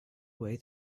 way